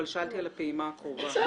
שאלתי על הפעימה הראשונה.